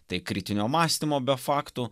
tai kritinio mąstymo be faktų